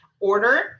order